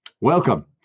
Welcome